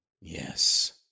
Yes